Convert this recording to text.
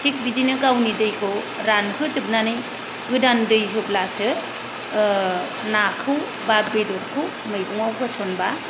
थिग बिदिनो गावनि दैखौ रानहोजोबनानै गोदान दै होब्लासो नाखौ बा बेदरखौ मैगंआव होसनबा